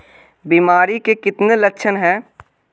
बीमारी के कितने लक्षण हैं?